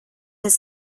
his